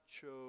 chose